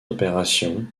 opérations